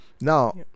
now